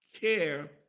care